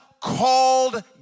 called